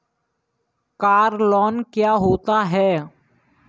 Car loan क्या होता है?